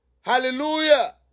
Hallelujah